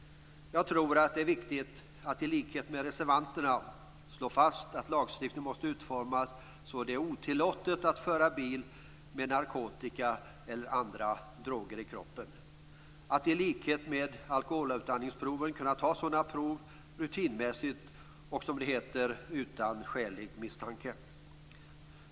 Jag tror att det är viktigt att i likhet med reservanterna slå fast att lagstiftningen måste utformas så att det är otillåtet att föra fram en bil med narkotika eller andra droger i kroppen. I likhet med alkoholutandningsproven skall sådana prov kunna tas rutinmässigt och utan "skälig misstanke".